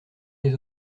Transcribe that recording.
les